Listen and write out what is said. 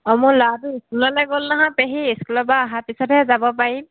অঁ মোৰ ল'ৱাটো ইস্কুললৈ গ'ল নহয় পেহী ইস্কুলৰপৰা অহাৰ পিছতহে যাব পাৰিম